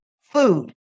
food